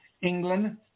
England